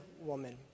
woman